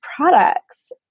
products